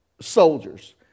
soldiers